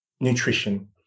nutrition